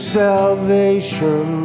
salvation